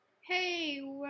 Hey